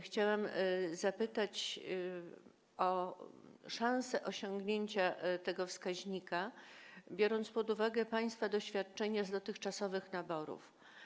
Chciałabym zapytać o szansę osiągnięcia tego wskaźnika, biorąc pod uwagę państwa doświadczenie w przypadku dotychczasowych naborów.